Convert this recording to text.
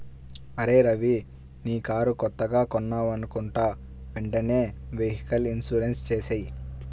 అరేయ్ రవీ నీ కారు కొత్తగా కొన్నావనుకుంటా వెంటనే వెహికల్ ఇన్సూరెన్సు చేసేయ్